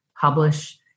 publish